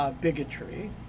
bigotry